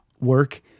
work